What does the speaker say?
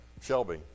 Shelby